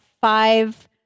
five